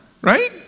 Right